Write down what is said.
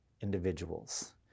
individuals